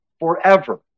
forever